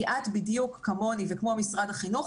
כי את בדיוק כמוני וכמו משרד החינוך,